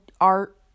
art